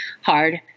hard